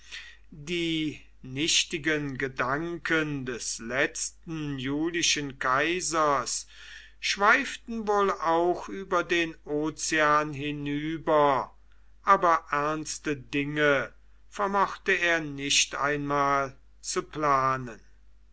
die nichtigen gedanken des letzten julischen kaisers schweiften wohl auch über den ozean hinüber aber ernste dinge vermochte er nicht einmal zu planen